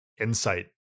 insight